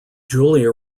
julia